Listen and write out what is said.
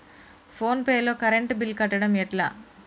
Phone pay లో current bill కట్టడం ఎట్లా?